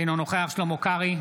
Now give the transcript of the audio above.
אינו נוכח שלמה קרעי,